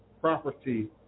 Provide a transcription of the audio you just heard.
property